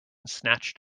snatched